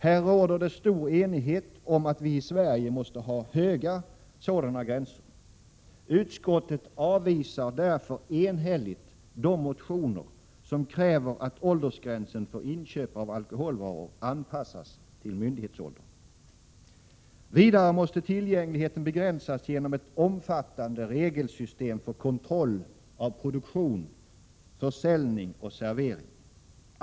Här råder det stor enighet om att vi i Sverige måste ha höga sådana gränser. Utskottet avvisar därför enhälligt motioner med krav på att åldersgränsen för inköp av alkoholvaror anpassas till myndighetsåldern. Vidare måste tillgängligheten begränsas genom ett omfattande regelsystem för kontroll av produktion, försäljning och servering.